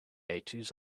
eighties